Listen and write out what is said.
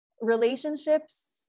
relationships